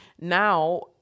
now